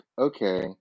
okay